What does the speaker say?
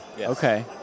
Okay